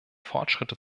fortschritte